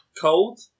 Cold